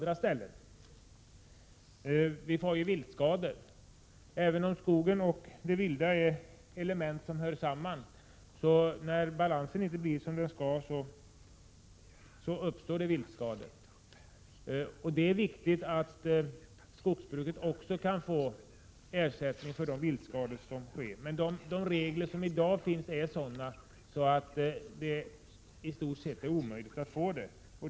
Jag tänker närmast på viltskadorna. Även om skogen och det vilda djurlivet är element som hör samman, uppstår det viltskador när balansen i naturen inte är som den skall vara. Det är viktigt att skogsbruket får ersättning för viltskadorna. De regler som gäller i dag gör dock att det är nästan omöjligt att få det.